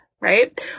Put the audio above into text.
right